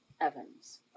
Evans